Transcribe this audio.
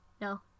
No